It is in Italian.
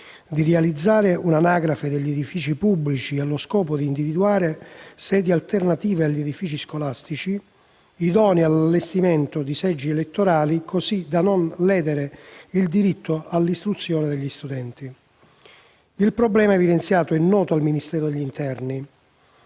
di realizzare un'anagrafe degli edifici pubblici, allo scopo di individuare sedi alternative agli edifici scolastici, idonee all'allestimento dei seggi elettorali, così da non ledere il diritto all'istruzione degli studenti. Il problema evidenziato è noto al Ministero dell'interno